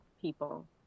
people